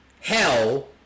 hell